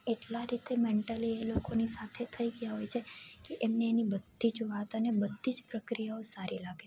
એટલા રીતે મેન્ટલી એ લોકોની સાથે થઈ ગયા હોય છે કે એમને એની બધી જ વાતને બધી જ પ્રક્રિયાઓ સારી લાગે